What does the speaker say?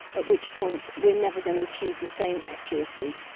at which point we're never going to achieve the same accuracy.